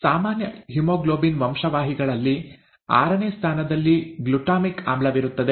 ಸಾಮಾನ್ಯ ಹಿಮೋಗ್ಲೋಬಿನ್ ವಂಶವಾಹಿಗಳಲ್ಲಿ ಆರನೇ ಸ್ಥಾನದಲ್ಲಿ ಗ್ಲುಟಾಮಿಕ್ ಆಮ್ಲವಿರುತ್ತದೆ